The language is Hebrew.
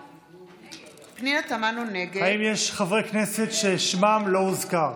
האם יש חברי כנסת ששמם לא הוזכר?